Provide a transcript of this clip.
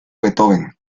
beethoven